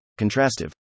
contrastive